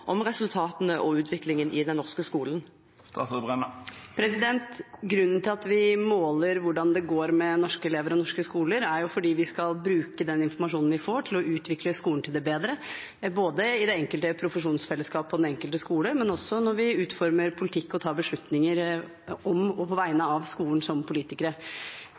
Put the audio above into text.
om resultatene og utviklingen i den norske skolen? Grunnen til at vi måler hvordan det går med norske elever og norske skoler, er at vi skal bruke informasjonen vi får, til å utvikle skolene til det bedre – både i det enkelte profesjonsfellesskapet og i den enkelte skole, men også når vi politikere utformer politikk og tar beslutninger om og på vegne av skolen.